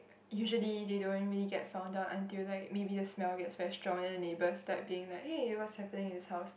usually they don't really get found out until like maybe the smell get very strong then neighbors start being like hey what's happening in this house